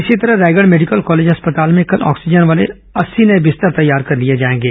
इसी तरह Raigarh medical college अस्पताल में कल ऑक्सीजन वाले अस्सी नये बिस्तर तैयार कर लिए जाएंगे